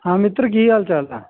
ਹਾਂ ਮਿੱਤਰ ਕੀ ਹਾਲ ਚਾਲ ਆ